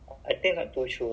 oh